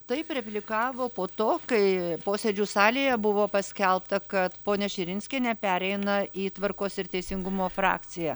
taip replikavo po to kai posėdžių salėje buvo paskelbta kad ponia širinskienė pereina į tvarkos ir teisingumo frakciją